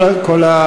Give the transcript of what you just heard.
כל,